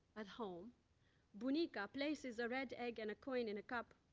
at home bunica places a red egg and a coin in a cup,